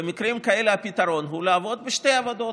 במקרים כאלה הפתרון הוא לעבוד בשתי עבודות,